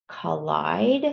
collide